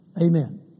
Amen